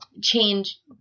change